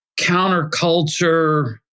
counterculture